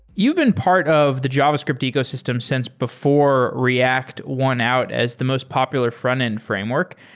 you've been part of the javascript ecosystem since before react won out as the most popular frontend framework.